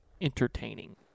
entertaining